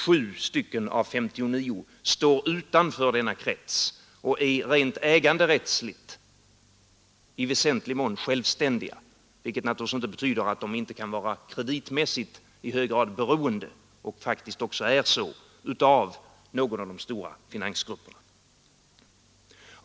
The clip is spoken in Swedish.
7 av 59 står utanför denna krets och är rent äganderättsligt i väsentlig mån självständiga, vilket naturligtvis inte betyder att de inte kan vara kreditmässigt i hög grad beroende, och faktiskt också är så, av någon av de stora finansgrupperna.